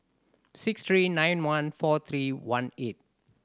six three nine one four three one eight